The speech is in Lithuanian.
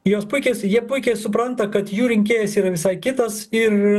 jos puikiai s jie puikiai supranta kad jų rinkėjas yra visai kitas ir